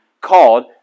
called